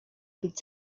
być